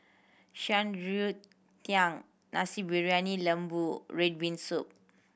Shan Rui Tang Nasi Briyani Lembu red bean soup